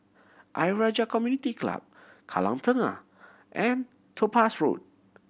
Ayer Rajah Community Club Kallang Tengah and Topaz Road